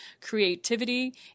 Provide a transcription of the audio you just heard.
creativity